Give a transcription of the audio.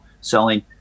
selling